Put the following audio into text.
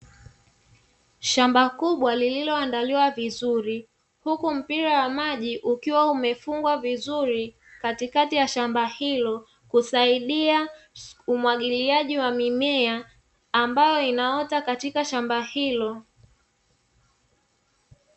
Shamba kubwa lililoandaliwa vizuri huku mpira wa maji ukiwa umefungwa vizuri katikati ya shamba hilo, kusaidia kumwagiliaji wa mimea ambayo inaota katika shamba hilo.